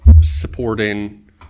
supporting